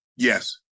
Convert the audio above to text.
Yes